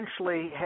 essentially